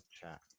chat